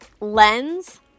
Lens